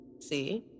See